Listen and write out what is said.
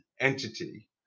entity